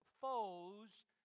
foes